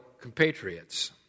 compatriots